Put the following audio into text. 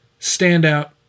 standout